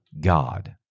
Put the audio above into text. God